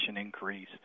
increase